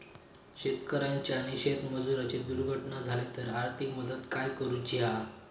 शेतकऱ्याची आणि शेतमजुराची दुर्घटना झाली तर आर्थिक मदत काय करूची हा?